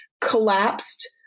collapsed